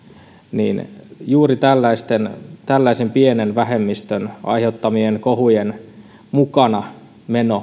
niin juuri tällaisen pienen vähemmistön aiheuttamien kohujen mukanameno